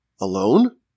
alone